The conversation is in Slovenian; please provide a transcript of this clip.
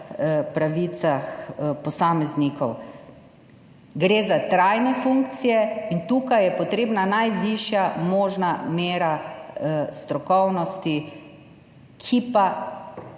pravicah posameznikov. Gre za trajne funkcije in tukaj je potrebna najvišja možna mera strokovnosti, ki pa,